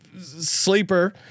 sleeper